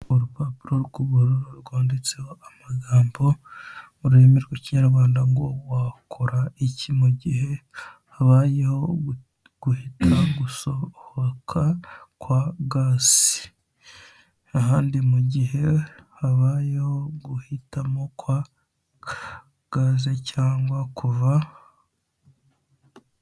Urupapuro rw'ubururu rwanditseho amagambo mu ururimi rw'ikinyarwanda ngo wakora iki mu gihe habayeho guhita gusohoka kwa gaz, ahandi mu gihe habayeho guhitamo kwa gaze cyangwa kuva.